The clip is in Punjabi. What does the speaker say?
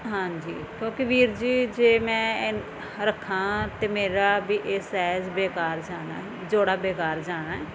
ਹਾਂਜੀ ਕਿਉਂਕਿ ਵੀਰ ਜੀ ਜੇ ਮੈਂ ਰੱਖਾਂ ਤਾਂ ਮੇਰਾ ਵੀ ਇਹ ਸਾਈਜ਼ ਬੇਕਾਰ ਜਾਣਾ ਜੋੜਾ ਬੇਕਾਰ ਜਾਣਾ ਹੈ